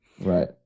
Right